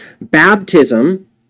Baptism